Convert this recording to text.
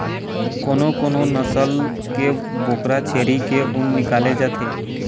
कोनो कोनो नसल के बोकरा छेरी के ऊन निकाले जाथे